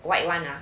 white [one] ah